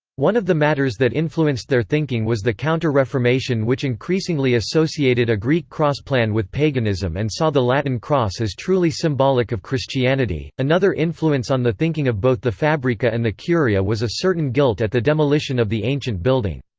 one of the matters that influenced their thinking was the counter-reformation which increasingly associated a greek cross plan with paganism and saw the latin cross as truly symbolic of christianity another influence on the thinking of both the fabbrica and the curia was a certain guilt at the demolition of the ancient building.